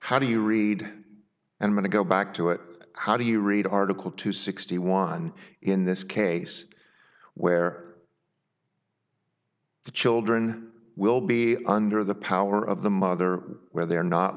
how do you read and when to go back to it how do you read article two sixty one in this case where the children will be under the power of the mother where they are not